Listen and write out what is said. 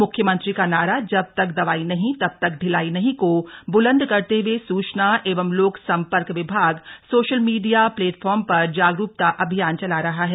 मुख्यमंत्री का नारा जब तक दवाई नहीं तब तक ढिलाई नहीं को ब्लंद करते हए सूचना एवं लोक संपर्क विभाग सोशल मीडिया प्लेटफार्म पर जागरूकता अभियान चला रहा है